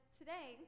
today